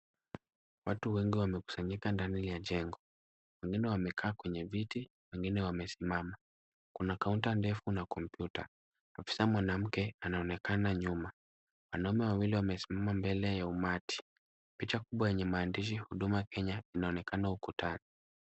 Watu wengi wamekusanyika ndani ya jengo, wengine wamekaa kwenye viti wengine wamesimama. Kuna counter ndefu na kompyuta. Ofisa mwanamke anaonekana nyuma, wanaume wawili wamesimama mbele ya umati. Picha kubwa yenye maandishi Huduma Kenya inaonekana ukutani.